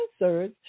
answers